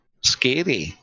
Scary